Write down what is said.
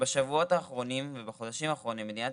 בשבועות האחרונים ובחודשים האחרונים מדינת